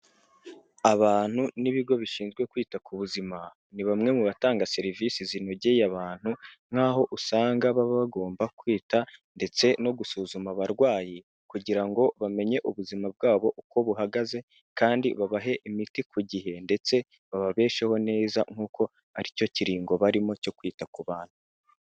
Abantu n'ibigo bishinzwe kwita ku buzima, ni bamwe mu batanga serivisi zinogeye abantu, nkaho usanga baba bagomba kwita ndetse no gusuzuma abarwayi, kugira ngo bamenye ubuzima bwabo uko buhagaze, kandi babahe imiti ku gihe ndetse bababesheho neza nkuko ari cyo kiringo barimo cyo kwita ku bantu.